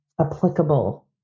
applicable